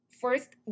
First